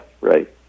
Right